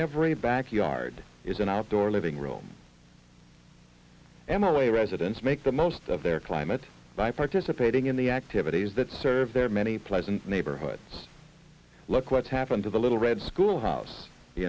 every backyard is an outdoor living room and the way residents make the most of their climate by participating in the activities that serve their many pleasant neighborhoods look what's happened to the little red schoolhouse